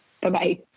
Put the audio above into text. bye-bye